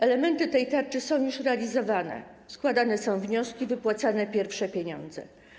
Elementy tej tarczy są już realizowane, składane są wnioski, wypłacane są pierwsze pieniądze.